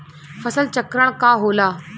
फसल चक्रण का होला?